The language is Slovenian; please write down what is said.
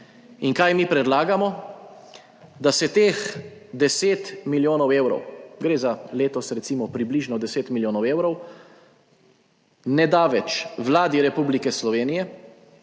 In kaj mi predlagamo? Da se teh 10 milijonov evrov gre za letos, recimo približno 10 milijonov evrov, ne da več Vladi Republike Slovenije,